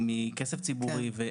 מכסף ציבורי,